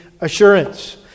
assurance